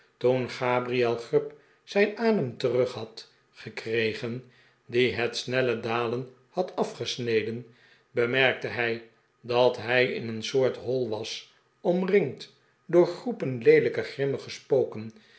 toen gabriel grub zijn adem terug had gekregen dien het snelle dalen had afgesneden bemerkte hij dat hij in een soort hoi was omringd door groepen leelijke grimmige spoken